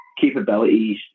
capabilities